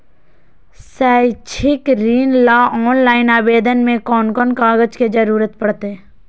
शैक्षिक ऋण ला ऑनलाइन आवेदन में कौन कौन कागज के ज़रूरत पड़तई?